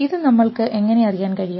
ഇത് നമ്മൾക്ക് എങ്ങനെ അറിയാൻ കഴിയും